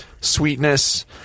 sweetness